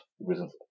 reasons